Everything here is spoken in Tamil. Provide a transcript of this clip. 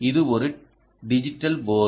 இது ஒரு டிஜிட்டல் போர்ட்